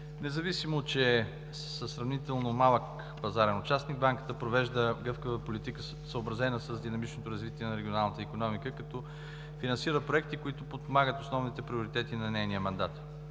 Независимо че е сравнително малък пазарен участник, банката провежда гъвкава политика, съобразена с динамичното развитие на регионалната икономика, като финансира проекти, които подпомагат основните приоритети на нейния мандат.